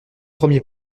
premier